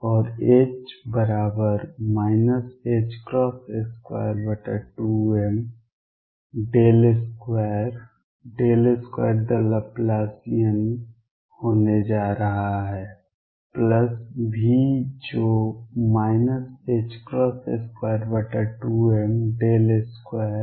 और यह H 22m 2 2 the लाप्लासियन होने जा रहा है प्लस V जो 22m 2 3 D में है